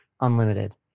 unlimited